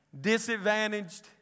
disadvantaged